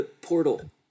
portal